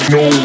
no